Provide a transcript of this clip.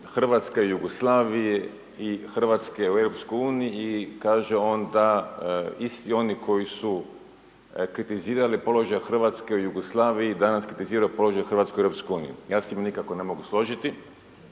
Hrvatske i Jugoslavije i Hrvatske u EU i kaže on da isti oni koji su kritizirali položaj Hrvatske u Jugoslaviji danas kritiziraju položaj Hrvatske u EU. Ja se s time ne mogu nikako složiti.